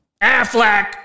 Affleck